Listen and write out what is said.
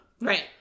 Right